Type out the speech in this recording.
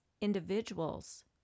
individuals